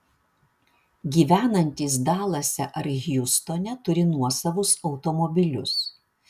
gyvenantys dalase ar hjustone turi nuosavus automobilius